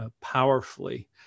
powerfully